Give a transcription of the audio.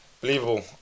Believable